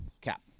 Cap